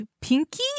Pinky